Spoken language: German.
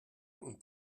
und